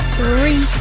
three